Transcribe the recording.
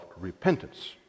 repentance